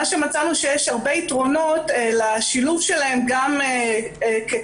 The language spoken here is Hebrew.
מצאני שיש הרבה יתרונות לשילוב שלהן גם כקבוצה.